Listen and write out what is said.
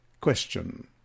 Question